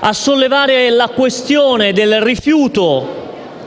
a sollevare la questione del rifiuto